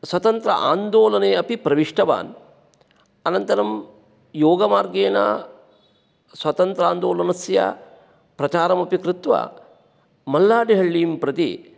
स्वतन्त्र आन्दोलने अपि प्रविष्टवान् अनन्तरं योगमार्गेण स्वतन्त्रान्दोलनस्य प्रचारमपि कृत्वा मल्लाडहल्लीं प्रति